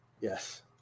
Yes